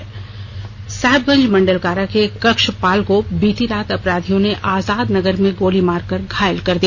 हमला साहिबगंज मंडलकारा के कक्षपाल को बीती रात अपराधियों ने आजाद नगर में गोली मारकर घायल कर दिया